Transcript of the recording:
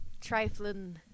trifling